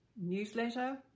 newsletter